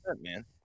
man